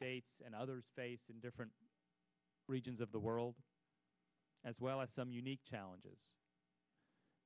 states and other states in different regions of the world as well as some unique challenges